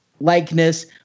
likeness